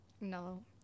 No